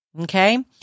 Okay